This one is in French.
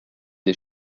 des